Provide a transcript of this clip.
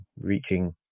reaching